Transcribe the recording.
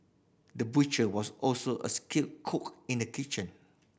the butcher was also a skilled cook in the kitchen